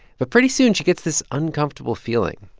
but pretty soon, she gets this uncomfortable feeling.